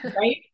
Right